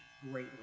greatly